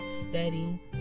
steady